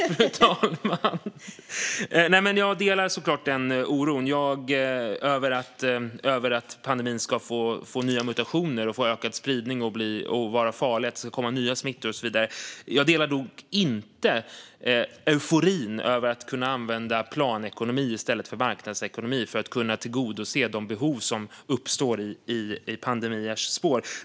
Fru talman! Jag delar såklart oron över att pandemin ska få nya mutationer och ökad spridning och att det ska komma nya smittor. Jag delar dock inte euforin över att kunna använda planekonomi i stället för marknadsekonomi för att tillgodose de behov som uppstår i pandemiers spår.